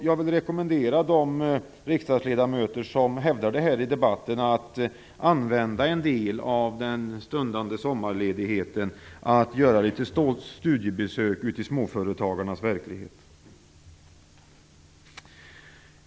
Jag vill rekommendera de riksdagsledamöter som här i debatten hävdat detta att ägna en del av den stundande sommarledigheten åt att göra litet studiebesök ute i småföretagarnas verklighet.